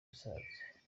musanze